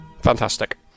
Fantastic